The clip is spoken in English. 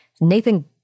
Nathan